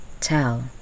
tell